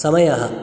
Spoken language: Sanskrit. समयः